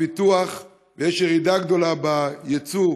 מהפיתוח ושיש ירידה גדולה בייצוא,